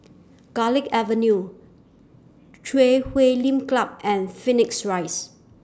Garlick Avenue Chui Huay Lim Club and Phoenix Rise